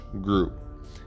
group